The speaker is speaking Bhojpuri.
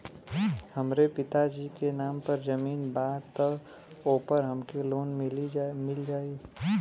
हमरे पिता जी के नाम पर जमीन बा त ओपर हमके लोन मिल जाई?